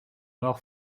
mort